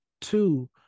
Two